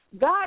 God